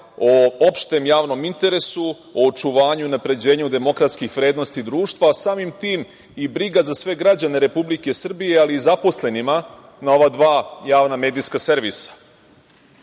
o opštem javnom interesu, o očuvanju i unapređenju demokratskih vrednosti društva, a samim tim i briga za sve građane Republike Srbije, ali i zaposlenima na ova dva javna medijska servisa. Ovakav